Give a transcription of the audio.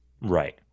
Right